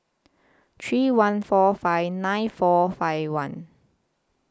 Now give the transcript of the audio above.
three one four five nine four five one